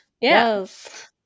Yes